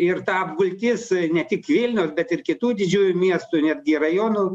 ir ta apgultis ne tik vilniaus bet ir kitų didžiųjų miestų netgi rajonų